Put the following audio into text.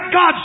God